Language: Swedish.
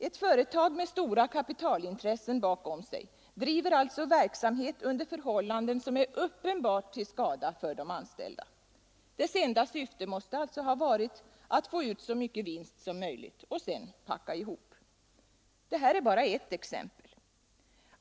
Ett företag med stora kapitalintressen bakom sig bedriver alltså verksamhet under förhållanden som är uppenbart skadliga för de anställda. Det enda syftet måste ha varit att få ut så mycket vinst som möjligt och sedan packa ihop. Det här är bara ett exempel.